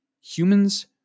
humans